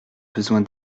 besoin